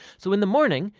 so in the morning,